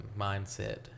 Mindset